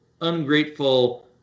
ungrateful